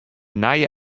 nije